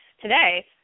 today